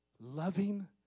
loving